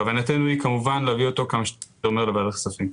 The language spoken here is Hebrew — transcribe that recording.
כוונתנו היא כמובן להביא אותו כמה שיותר מהר לוועדת כספים.